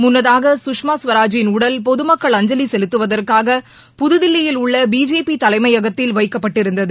முன்னதாக குஷ்மா ஸ்வராஜின் உடல் பொது மக்கள் அஞ்சலி செலுத்துவதற்காக புதுதில்லியில் உள்ள பிஜேபி தலைமையகத்தில் வைக்கப்பட்டிருந்தது